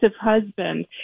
husband